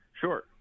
Sure